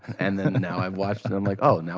and then now i've watched, and i'm like, oh, now